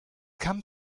come